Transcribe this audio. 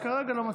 כרגע, לא מצביע.